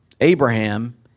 Abraham